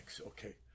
okay